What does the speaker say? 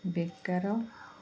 ବେକାର